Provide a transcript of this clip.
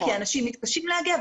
כי אנשים מתקשים להגיע.